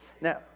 Now